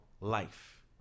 life